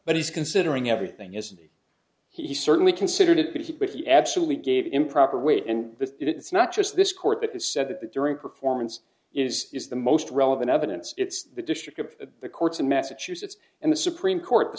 but he's considering everything as city he certainly considered it but he but he absolutely gave improper weight and it's not just this court that has said that during performance is is the most relevant evidence it's the district of the courts in massachusetts and the supreme court the